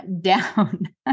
down